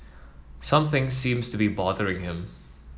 something seems to be bothering him